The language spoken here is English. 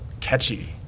catchy